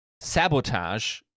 sabotage